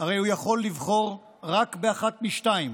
הרי הוא יכול לבחור רק באחת משתיים: